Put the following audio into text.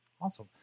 Awesome